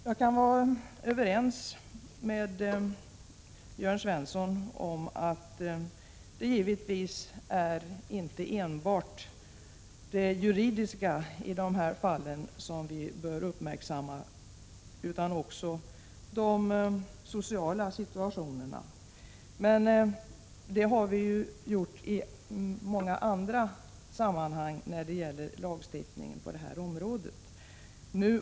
Jag kan vara överens med Jörn Svensson om att det givetvis inte enbart är det juridiska som vi bör uppmärksamma i det här fallet utan också de sociala situationerna. Men det har vi gjort i många andra sammanhang när det gäller lagstiftningen på det här området.